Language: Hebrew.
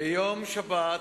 ביום שבת,